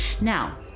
Now